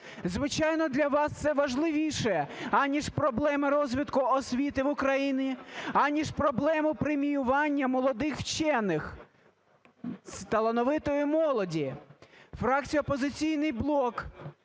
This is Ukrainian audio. Звичайно, для вас це важливіше, аніж проблеми розвитку освіти в Україні, аніж проблеми преміювання молодих вчених, талановитої молоді. Фракція "Опозиційний блок"